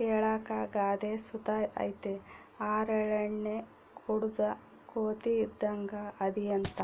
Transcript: ಹೇಳಾಕ ಗಾದೆ ಸುತ ಐತೆ ಹರಳೆಣ್ಣೆ ಕುಡುದ್ ಕೋತಿ ಇದ್ದಂಗ್ ಅದಿಯಂತ